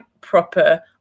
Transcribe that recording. proper